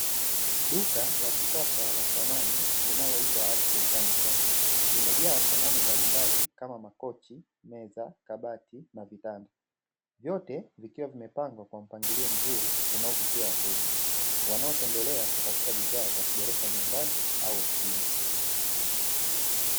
Duka la kisasa la samani linaloitwa "Ashley fanicha", limejaa samani mbalimbali kama: makochi, meza, kabati na vitanda. Vyote vikiwa vimepangwa kwa mpangilio mzuri, unaovutia wateja wanaotembelea kutafuta bidhaa za kuboresha nyumbani au ofisini.